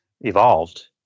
evolved